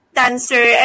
dancer